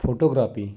photography